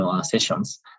sessions